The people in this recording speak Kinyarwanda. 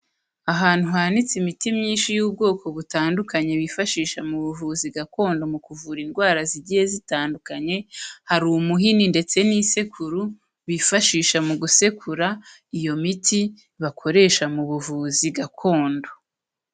Ahantu hanitse imiti myinshi y'ubwoko butandukanye bifashisha mu buvuzi gakondo mu kuvura indwara zigiye zitandukanye, hari umuhini ndetse n'isekuru bifashisha mu gusekura iyo miti bakoresha mu buvuzi gakondo.